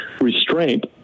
restraint